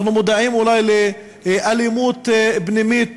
אנחנו מודעים אולי לאלימות פנימית